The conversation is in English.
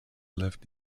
left